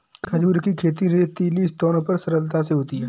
खजूर खेती रेतीली स्थानों पर सरलता से होती है